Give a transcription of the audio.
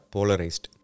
Polarized